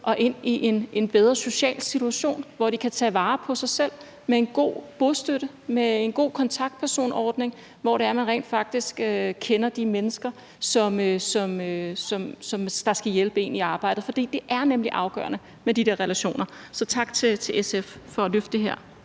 og ind i en bedre social situation, hvor de kan tage vare på sig selv med en god bostøtte og med en god kontaktpersonordning, hvor de rent faktisk kender de mennesker, som skal hjælpe dem i arbejdet. For det er nemlig afgørende med de der relationer. Så tak til SF for at løfte det